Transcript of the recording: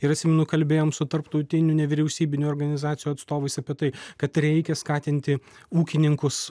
ir atsimenu kalbėjom su tarptautinių nevyriausybinių organizacijų atstovais apie tai kad reikia skatinti ūkininkus